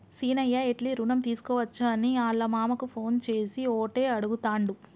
సీనయ్య ఎట్లి రుణం తీసుకోవచ్చని ఆళ్ళ మామకు ఫోన్ చేసి ఓటే అడుగుతాండు